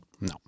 No